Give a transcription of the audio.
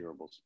durables